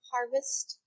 Harvest